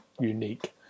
unique